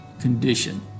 condition